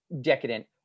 decadent